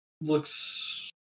looks